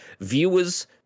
viewers